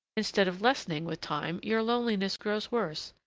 instead of lessening with time, your loneliness grows worse,